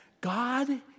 God